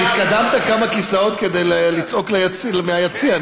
התקדמת כמה כיסאות כדי לצעוק מהיציע,